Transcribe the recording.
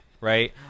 right